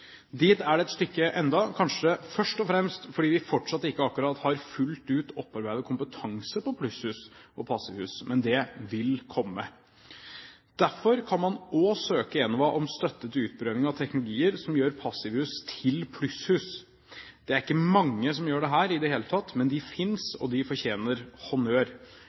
Dit er det ennå et stykke, kanskje først og fremst fordi vi fortsatt ikke akkurat har fullt ut opparbeidet kompetanse på plusshus og passivhus. Men det vil komme. Derfor kan man også søke Enova om støtte til utprøving av teknologier som gjør passivhus til plusshus. Det er ikke mange som gjør dette i det hele tatt, men de finnes, og de fortjener honnør.